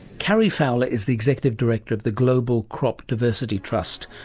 cary fowler is the executive director of the global crop diversity trust,